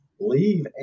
leave